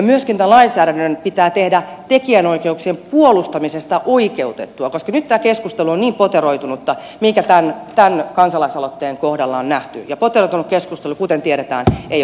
myöskin tämän lainsäädännön pitää tehdä tekijänoikeuksien puolustamisesta oikeutettua koska nyt tämä keskustelu on niin poteroitunutta mikä tämän kansalaisaloitteen kohdalla on nähty ja poteroitunut keskustelu kuten tiedetään ei ole hedelmällistä